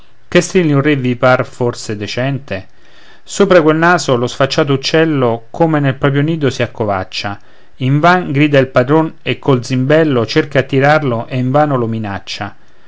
re vi par forse decente sopra quel naso lo sfacciato uccello come nel proprio nido si accovaccia invan grida il padron e col zimbello cerca attirarlo e invano lo minaccia